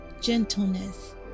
gentleness